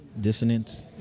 dissonance